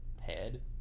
head